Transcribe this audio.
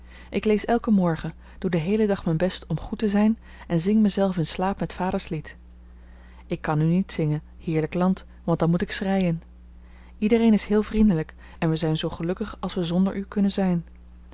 ik lees elken morgen doe den heelen dag mijn best om goed te zijn en zing mezelf in slaap met vaders lied ik kan nu niet zingen heerlijk land want dan moet ik schreien iedereen is heel vriendelijk en we zijn zoo gelukkig als we zonder u kunnen zijn